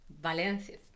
Valencia